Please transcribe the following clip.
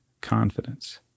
confidence